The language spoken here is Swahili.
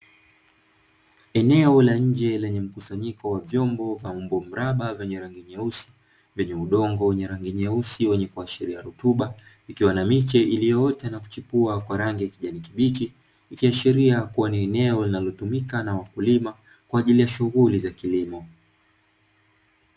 Eneo la nje lenye mkusanyiko wa vyombo vya umbo mraba vyenye rangi nyeusi, vyenye udongo wenye rangi nyeusi wenye kuashiria rutuba ikiwa na miche iliyoota na kuchipua kwa rangi ya kijani kibichi ikiashiria kuwa ni eneo linalotumika na wakulima kwa ajili ya shughuli za kilimo.